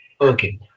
okay